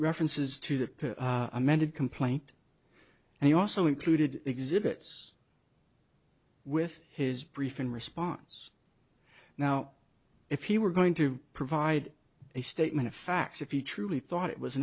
references to the amended complaint and he also included exhibits with his brief in response now if he were going to provide a statement of facts if you truly thought it was